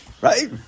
Right